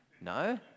No